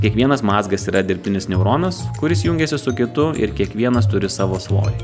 kiekvienas mazgas yra dirbtinis neuronas kuris jungiasi su kitu ir kiekvienas turi savo svorį